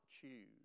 choose